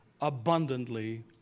abundantly